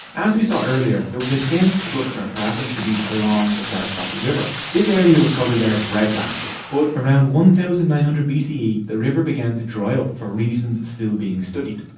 as we saw earlier there was a dense cluster of harappan cities along the saraswati river. this area was their bread basket but around one thousand nine hundred bce the the river began to dry up for reasons still being studied.